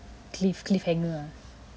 cliff cliffhanger ah